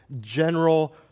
general